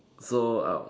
so uh